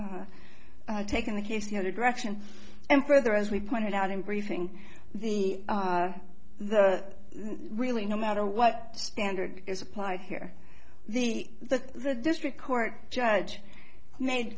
taking the case the other direction and further as we pointed out in briefing the really no matter what standard is applied here the the the district court judge made